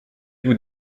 vous